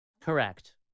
Correct